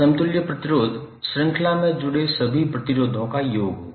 समतुल्य प्रतिरोध श्रृंखला में जुड़े सभी प्रतिरोधों का योग होगा